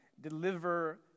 deliver